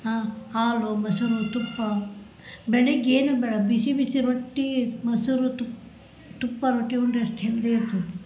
ಹಾಂ ಹಾಲು ಮೊಸುರು ತುಪ್ಪ ಬೆಳಿಗ್ಗೆ ಏನು ಬೇಡ ಬಿಸಿ ಬಿಸಿ ರೊಟ್ಟಿ ಮೊಸರು ತುಪ್ಪ ತುಪ್ಪ ರೊಟ್ಟಿ ಉಂಡರೆ ಎಷ್ಟು ಹೆಲ್ದಿ ಇರ್ತದೆ